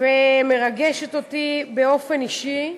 שמרגשת אותי באופן אישי,